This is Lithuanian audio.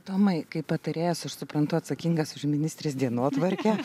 tomai kaip patarėjas aš suprantu atsakingas už ministrės dienotvarkę